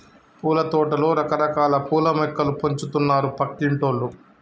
పూలతోటలో రకరకాల పూల మొక్కలు పెంచుతున్నారు పక్కింటోల్లు